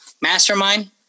Mastermind